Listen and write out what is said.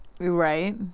Right